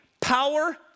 power